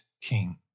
king